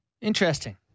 Interesting